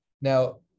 Now